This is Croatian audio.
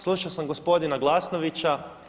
Slušao sam gospodina Glasnovića.